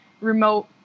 remote